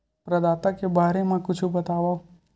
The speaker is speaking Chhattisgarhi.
प्रदाता के बारे मा कुछु बतावव?